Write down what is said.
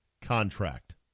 contract